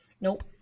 Nope